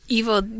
evil